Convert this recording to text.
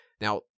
Now